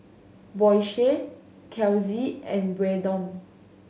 Boysie Kelsie and Braedon